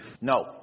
No